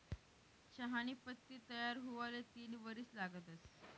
चहानी पत्ती तयार हुवाले तीन वरीस लागतंस